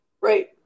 Right